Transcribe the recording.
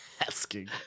asking